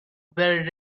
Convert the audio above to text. were